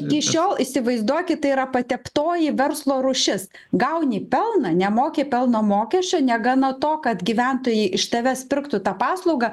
iki šiol įsivaizduokittai yra pateptoji verslo rūšis gauni pelną nemoki pelno mokesčio negana to kad gyventojai iš tavęs pirktų tą paslaugą